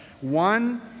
One